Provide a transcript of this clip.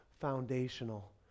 foundational